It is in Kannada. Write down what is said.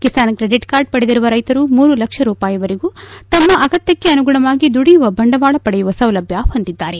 ಕಿಸಾನ್ ಕ್ರೆಡಿಟ್ ಕಾರ್ಡ್ ಪಡೆದಿರುವ ರೈತರು ಮೂರು ಲಕ್ಷ ರೂಪಾಯವರೆಗೂ ತಮ್ಮ ಅಗತ್ಯಕ್ಷೆ ಅನುಗುಣವಾಗಿ ದುಡಿಯುವ ಬಂಡವಾಳ ಪಡೆಯುವ ಸೌಲಭ್ಯ ಹೊಂದಿದ್ದಾರೆ